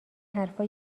حرفا